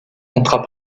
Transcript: contrat